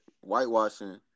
whitewashing